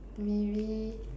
maybe